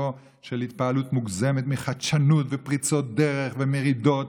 לא התפעלות מוגזמת מחדשנות ופריצות דרך ומרידות,